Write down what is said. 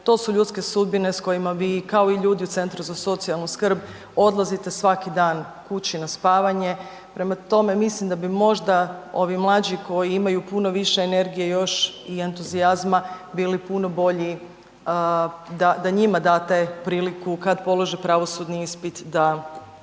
to su ljudske sudbine s kojima vi, kao i ljudi u Centru za socijalnu skrb, odlazite svaki dan kući na spavanje, prema tome, mislim da bi možda ovi mlađi koji imaju puno više energije još i entuzijazma bili puno bolji da njima date priliku kad polože pravosudni ispit da